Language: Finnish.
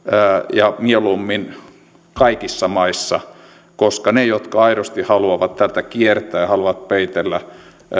ja mieluummin kaikissa maissa koska ne jotka aidosti haluavat tätä kiertää ja haluavat peitellä